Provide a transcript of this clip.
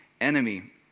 enemy